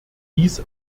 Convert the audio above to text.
dies